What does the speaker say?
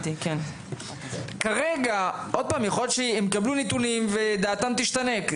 יכול להיות שהם יקבלו נתונים ודעתם תשתנה,